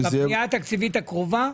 הקרובה.